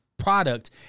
product